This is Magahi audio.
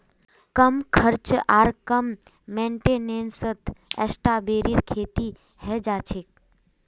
कम खर्च आर कम मेंटेनेंसत स्ट्रॉबेरीर खेती हैं जाछेक